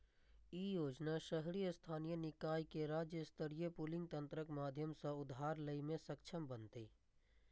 ई योजना शहरी स्थानीय निकाय कें राज्य स्तरीय पूलिंग तंत्रक माध्यम सं उधार लै मे सक्षम बनेतै